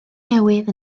newydd